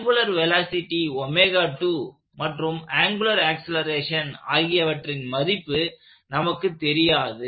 angular velocity மற்றும் angular acceleration ஆகியவற்றின் மதிப்பு நமக்குத் தெரியாது